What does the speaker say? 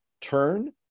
turn